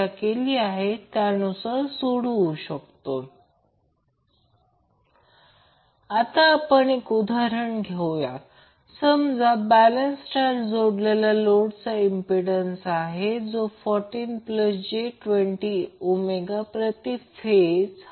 तर करंट देखील Ia √ 2 I p म्हणून दर्शविले जाऊ शकते Ip म्हणजे करंटचे rms मूल्य जे फेज करंट आहे म्हणून फेज व्हॅल्यू √ 2 ने गुणाकार केला म्हणून हे पीक व्हॅल्यू आहे आणि हा स्टार कनेक्टेड आहे